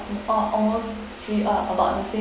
orh almost three ah about the same